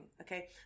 okay